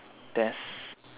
test